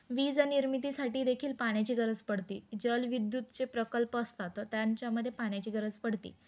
वीज निर्मितीसाठी देखील पाण्याची गरज पडते जल विद्युतचे प्रकल्प असतात त्यांच्यामध्ये पाण्या्ची गरज पडते